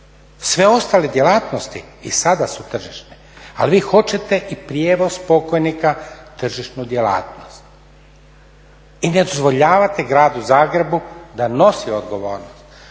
Sve ostale djelatnosti i sada su tržišne, ali vi hoćete i prijevoz pokojnika tržišnu djelatnost i ne dozvoljavate Gradu Zagrebu da nosi odgovornost.